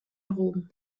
rom